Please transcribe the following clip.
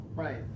Right